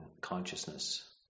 consciousness